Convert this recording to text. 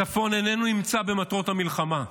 הצפון אינו נמצא במטרות המלחמה,